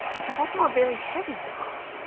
it's also a very heavy doll.